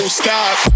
stop